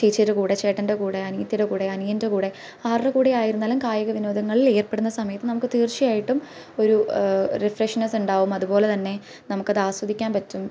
ചേച്ചിയുടെ കൂടെ ചേട്ടൻ്റെ കൂടെ അനിയത്തിയുടെ കൂടെ അനിയൻ്റെ കൂടെ ആരുടെ കൂടെയായിരുന്നാലും കായിക വിനോദങ്ങളിൽ ഏർപ്പെടുന്ന സമയത്ത് നമുക്ക് തീർച്ചയായിട്ടും ഒരു റിഫ്രഷ്നസ്സ് ഉണ്ടാകും അതുപോലെ തന്നെ നമുക്കത് ആസ്വദിക്കാൻ പറ്റും